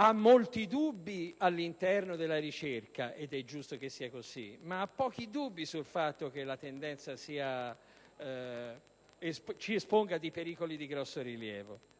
ha molti dubbi all'interno della ricerca, ed è giusto che sia così, ma ne ha pochi sul fatto che la tendenza ci esponga a pericoli di grosso rilievo.